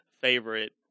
favorite